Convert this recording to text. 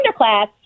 underclass